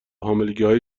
حاملگیهای